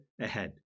ahead